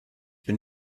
bin